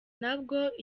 nabwo